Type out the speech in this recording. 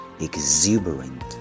exuberant